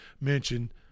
mention